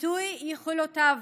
ביטוי יכולותיו